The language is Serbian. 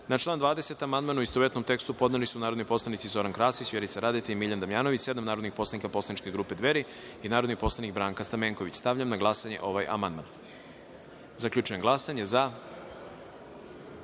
član 20. amandman, u istovetnom tekstu, podneli su narodni poslanici Zoran Krasić, Vjerica Radeta i Miljan Damjanović, sedam narodnih poslanika poslaničke grupe Dveri i narodni poslanik Branka Stamenković. Stavljam na glasanje ovaj amandman. Zaključujem glasanje: za